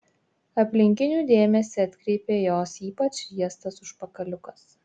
aplinkinių dėmesį atkreipė jos ypač riestas užpakaliukas